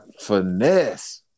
finesse